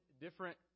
different